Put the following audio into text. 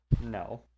No